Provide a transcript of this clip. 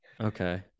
okay